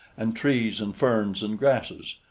and trees and ferns and grasses.